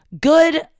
good